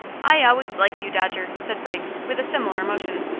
i always liked you, dodger, said briggs, with a similar motion.